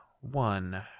one